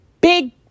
big